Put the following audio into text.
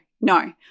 no